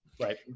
Right